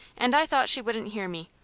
and i thought she wouldn't hear me,